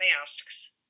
masks